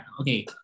okay